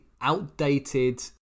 outdated